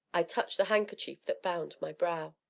i touched the handkerchief that bound my brow.